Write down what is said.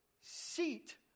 seat